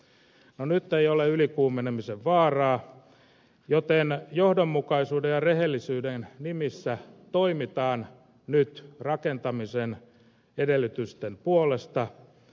nyt ei ole ylikuumenemisen vaaraa joten johdonmukaisuuden ja rehellisyyden nimissä toimitaan nyt rakentamisen edellytysten puolesta